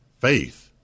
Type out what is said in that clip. faith